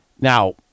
now